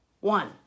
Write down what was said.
One